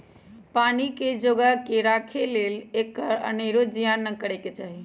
पानी के जोगा कऽ राखे लेल एकर अनेरो जियान न करे चाहि